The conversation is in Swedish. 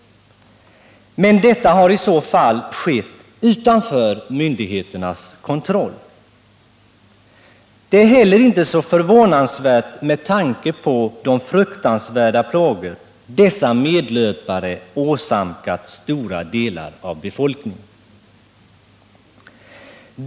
Men detta har i så fall skett utanför myndigheternas kontroll. Det är inte heller så förvånansvärt med tanke på de fruktansvärda plågor dessa medlöpare åsamkat stora delar av befolkningen.